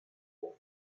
war